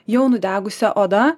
jau nudegusia oda